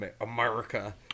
America